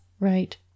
Right